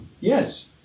Yes